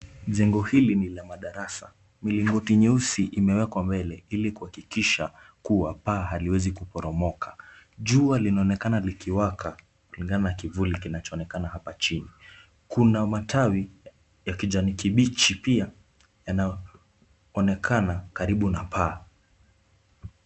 Jengo hili ni la madarasa. Milingoti nyeusi imewekwa mbele, ili kuhakikisha kuwa paa haliwezi kuporomoka. Jua linaonekana likiwaka, kulingana na kivuli kinachoonekana hapa chini. Kuna matawi ya kijani kibichi pia yanayoonekana karibu na paa.